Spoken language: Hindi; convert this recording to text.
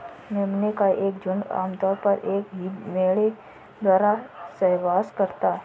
मेमने का एक झुंड आम तौर पर एक ही मेढ़े द्वारा सहवास करता है